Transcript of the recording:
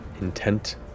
intent